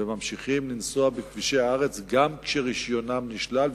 וממשיכים לנסוע בכבישי הארץ גם כשרשיונם נשלל,